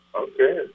Okay